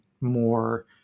more